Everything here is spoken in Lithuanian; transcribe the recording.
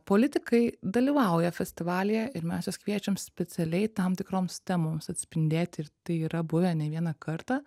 politikai dalyvauja festivalyje ir mes juos kviečiam specialiai tam tikroms temoms atspindėti ir tai yra buvę ne vieną kartą